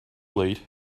late